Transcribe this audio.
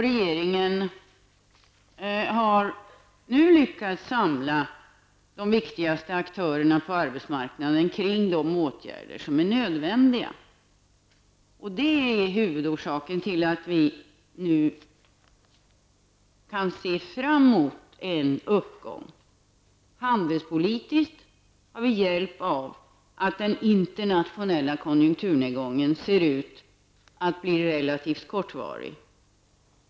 Regeringen har nu lyckats samla de viktigaste aktörerna på arbetsmarknaden kring den åtgärder som är nödvändiga. Det är huvudorsaken till att vi nu kan se fram emot en uppgång. Handelspolitiskt har vi hjälp av att den internationella konjunkturnedgången ser ut att bli relativt kortvarig.